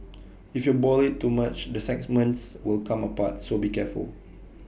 if you boil IT too much the segments will come apart so be careful